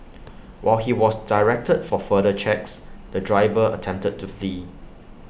while he was directed for further checks the driver attempted to flee